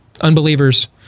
unbelievers